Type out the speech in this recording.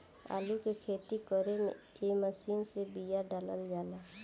आलू के खेती करे में ए मशीन से बिया डालाला